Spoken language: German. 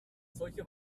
solche